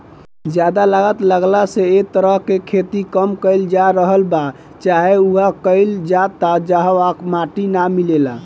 ज्यादा लागत लागला से ए तरह से खेती कम कईल जा रहल बा चाहे उहा कईल जाता जहवा माटी ना मिलेला